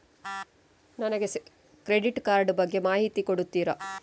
ನನಗೆ credit card ಬಗ್ಗೆ ಮಾಹಿತಿ ಕೊಡುತ್ತೀರಾ?